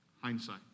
hindsight